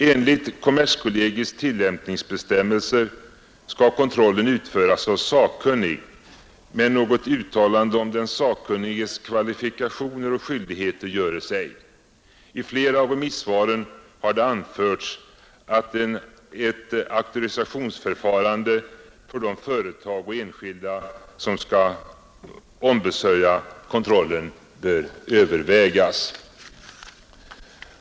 Enligt kommerskollegiets tillämpningsbestämmelser skall kontrollen utföras av sakkunnig, men något uttalande om den sakkunniges kvalifikationer och skyldigheter görs ej. I flera av remissvaren har det anförts att ett auktorisationsförfarande för de företag och enskilda som skall ombesörja kontrollen bör övervägas.